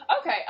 Okay